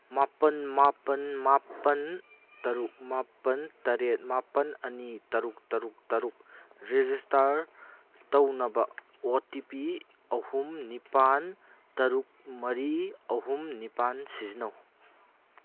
ꯃꯥꯄꯜ ꯃꯥꯄꯜ ꯃꯥꯄꯜ ꯇꯔꯨꯛ ꯃꯥꯄꯜ ꯇꯔꯦꯠ ꯃꯥꯄꯜ ꯑꯅꯤ ꯇꯔꯨꯛ ꯇꯔꯨꯛ ꯇꯔꯨꯛ ꯔꯦꯖꯤꯁꯇꯥꯔ ꯇꯧꯅꯕ ꯑꯣ ꯇꯤ ꯄꯤ ꯑꯍꯨꯝ ꯅꯤꯄꯥꯜ ꯇꯔꯨꯠ ꯃꯔꯤ ꯑꯍꯨꯝ ꯅꯤꯄꯥꯜ ꯁꯤꯖꯤꯟꯅꯧ